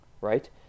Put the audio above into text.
right